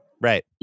Right